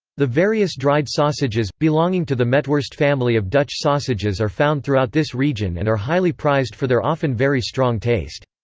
the various dried sausages, belonging to the metworst-family of dutch sausages are found throughout this region and are highly prized for their often very strong taste.